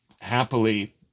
happily